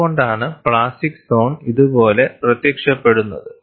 അതുകൊണ്ടാണ് plastic zone ഇതുപോലെ പ്രത്യക്ഷപ്പെടുന്നത്